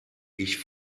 ich